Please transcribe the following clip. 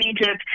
Egypt